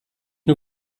nur